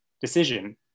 decision